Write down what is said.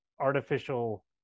artificial